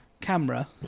camera